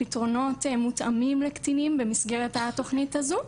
ופתרונות מותאמים לקטינים במסגרת התכנית הזו,